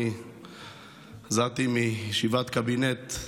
אני חזרתי מישיבת קבינט,